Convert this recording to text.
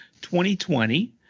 2020